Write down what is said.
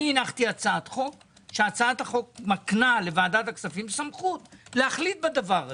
הנחתי הצעת חוק שמקנה לוועדת הכספים סמכות להחליט בדבר הזה,